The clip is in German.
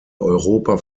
europa